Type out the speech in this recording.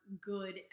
good